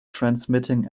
transmitting